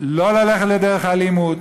לא ללכת לדרך האלימות,